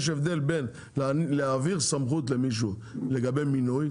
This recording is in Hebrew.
יש הבדל בין להעביר סמכות למישהו לגבי מינוי,